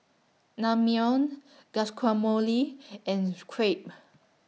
Naengmyeon Guacamole and Crepe